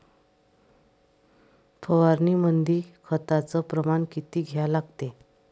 फवारनीमंदी खताचं प्रमान किती घ्या लागते?